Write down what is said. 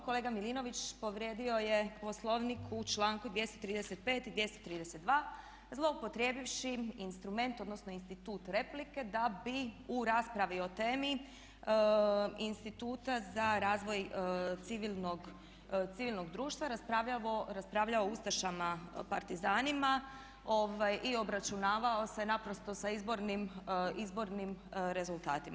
Kolega Milinović povrijedio je Poslovnik u članku 235. i 232. zloupotrijebivši instrument, odnosno institut replike da bi u raspravi o temi Instituta za razvoj civilnog društva raspravljao o ustašama, partizanima i obračunavao se naprosto sa izbornim rezultatima.